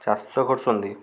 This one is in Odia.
ଚାଷ କରୁଛନ୍ତି